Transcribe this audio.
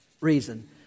reason